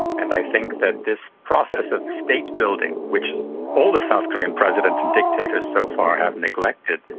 and i think that this process of state building, which all the south korean presidents and dictators so far have neglected,